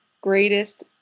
greatest